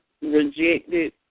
rejected